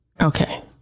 Okay